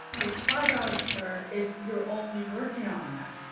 it's five hours for if you're only working on that.